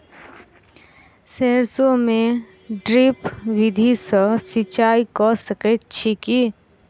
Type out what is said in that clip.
सैरसो मे ड्रिप विधि सँ सिंचाई कऽ सकैत छी की?